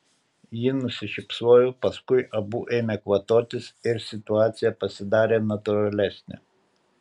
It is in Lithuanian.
ji nusišypsojo paskui abu ėmė kvatotis ir situacija pasidarė natūralesnė